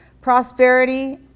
Prosperity